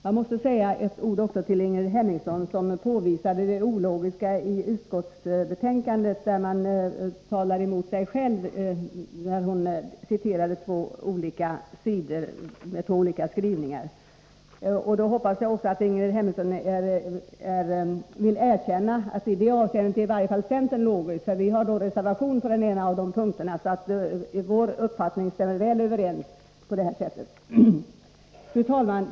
Jag måste säga några ord också till Ingrid Hemmingsson, som citerade två olika uttalanden i betänkandet och påvisade det ologiska i utskottets skrivning. Jag hoppas att Ingrid Hemmingsson vill erkänna att i varje fall vi i centern i det avseendet är logiska — eftersom vi också har reserverat oss när det gäller den andra av dessa punkter. Fru talman!